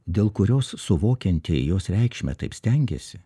dėl kurios suvokiantieji jos reikšmę taip stengėsi